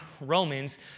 Romans